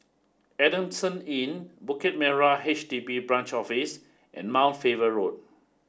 Adamson Inn Bukit Merah H D B Branch Office and Mount Faber Road